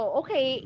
okay